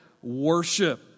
worship